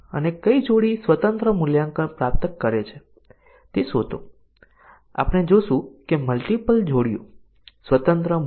હવે ચાલો આપણે અહીં મુખ્ય વિચારો જોઈએ તે એક મહત્વપૂર્ણ ટેસ્ટીંગ તકનીક બની ગઈ છે અને ઘણાં ધોરણો ખાસ કરીને સલામતીના જટિલ સોફ્ટવેર માટે MC DC કવરેજ જરૂરી છે